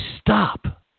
stop